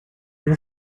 were